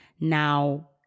Now